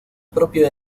propio